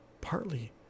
partly